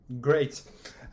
Great